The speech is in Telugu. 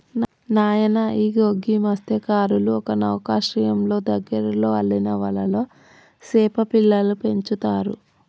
నాయన ఇగో గీ మస్త్యకారులు ఒక నౌకశ్రయంలో దగ్గరలో అల్లిన వలలో సేప పిల్లలను పెంచుతారు